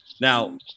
Now –